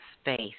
space